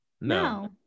No